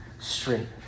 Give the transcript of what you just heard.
straight